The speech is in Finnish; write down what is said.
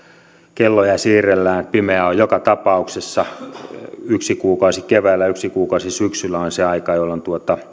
kelloja siirrellään pimeää on joka tapauksessa yksi kuukausi keväällä ja yksi kuukausi syksyllä on se aika jolloin